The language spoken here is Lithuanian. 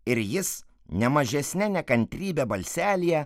ir jis ne mažesne nekantrybe balselyje